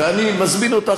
ואני מזמין אותך,